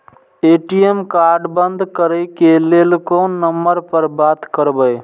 ATM card बंद करे के लेल कोन नंबर पर बात करबे?